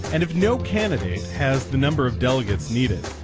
and if no candidate has the number of delegates needed,